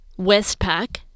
Westpac